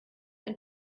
ein